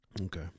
Okay